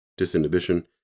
Disinhibition